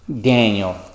Daniel